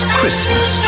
Christmas